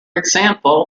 example